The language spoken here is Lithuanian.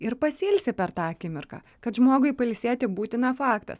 ir pasiilsi per tą akimirką kad žmogui pailsėti būtina faktas